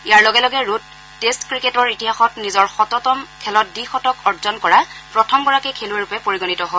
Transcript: ইয়াৰ লগে লগে Root test ক্ৰিকেটৰ ইতিহাসত নিজৰ শততম খেলত দ্বিশতক অৰ্জন কৰা প্ৰথমগৰাকী খেলুৱৈৰূপে পৰিগণিত হয়